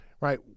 right